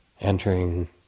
entering